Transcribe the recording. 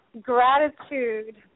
gratitude